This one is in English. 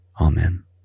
Amen